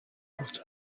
بود